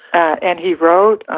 and he wrote.